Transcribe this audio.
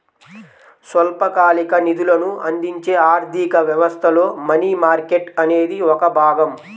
స్వల్పకాలిక నిధులను అందించే ఆర్థిక వ్యవస్థలో మనీ మార్కెట్ అనేది ఒక భాగం